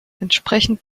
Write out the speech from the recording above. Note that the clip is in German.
entsprechend